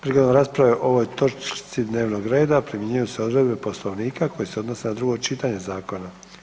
Prigodom rasprave o ovoj točci dnevnog reda primjenjuju se odredbe Poslovnika koje se odnose na drugo čitanje zakona.